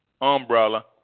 umbrella